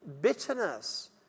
Bitterness